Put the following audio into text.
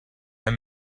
herr